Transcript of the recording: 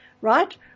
right